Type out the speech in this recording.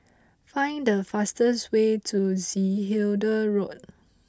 find the fastest way to Zehnder Road